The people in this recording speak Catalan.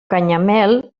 canyamel